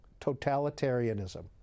totalitarianism